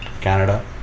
Canada